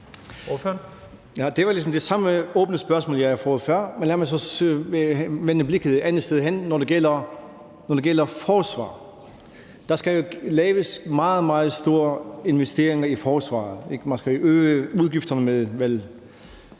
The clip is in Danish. ligesom det samme åbne spørgsmål, jeg har fået før, men lad mig så vende blikket et andet sted hen, og det gælder forsvaret. Der skal laves meget, meget store investeringer i forsvaret. Man skal jo øge udgifterne med vel ca.